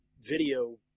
video